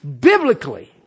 biblically